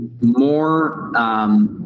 more